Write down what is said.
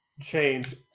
change